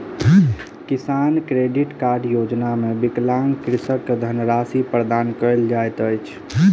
किसान credit card योजना मे विकलांग कृषक के धनराशि प्रदान कयल जाइत अछि